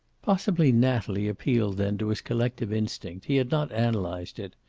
possibly natalie appealed then to his collective instinct, he had not analyzed it.